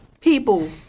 people